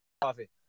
coffee